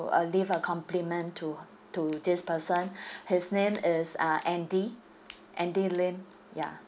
uh leave a compliment to to this person his name is uh andy andy lim ya